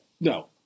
No